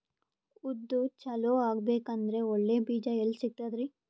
ಉದ್ದು ಚಲೋ ಆಗಬೇಕಂದ್ರೆ ಒಳ್ಳೆ ಬೀಜ ಎಲ್ ಸಿಗತದರೀ?